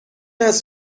است